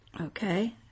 okay